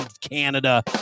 Canada